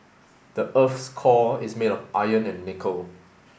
the earth's core is made of iron and nickel